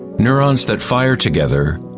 neurons that fire together,